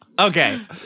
Okay